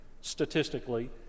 statistically